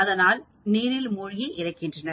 அதனால் நீரில் மூழ்கி இறக்கின்றனர்